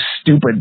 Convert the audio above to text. stupid